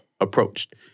approached